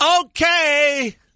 Okay